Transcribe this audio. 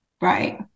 Right